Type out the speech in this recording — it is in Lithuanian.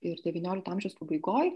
ir devyniolikto amžiaus pabaigoj